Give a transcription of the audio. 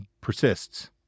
persists